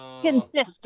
consistent